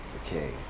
okay